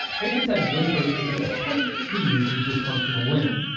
patients had no choice but to attempt to use the dysfunctional limb.